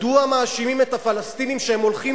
מדוע מאשימים את הפלסטינים שהם הולכים